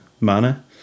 manner